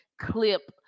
clip